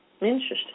Interesting